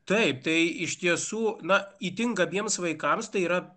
taip tai iš tiesų na itin gabiems vaikams tai yra